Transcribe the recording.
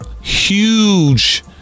huge